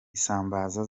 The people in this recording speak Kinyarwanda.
isambaza